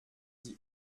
die